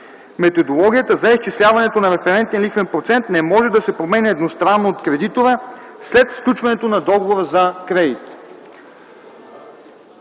Методологията за изчисляването на референтния лихвен процент не може да се променя едностранно от кредитора след сключването на договора за кредит.”